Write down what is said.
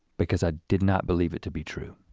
because i did not believe it to be true.